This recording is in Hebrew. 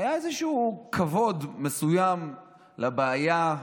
היה איזשהו כבוד מסוים לבעיה,